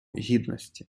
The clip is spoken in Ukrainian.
гідності